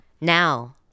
Now